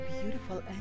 Beautiful